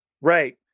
Right